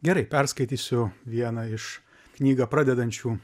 gerai perskaitysiu vieną iš knygą pradedančių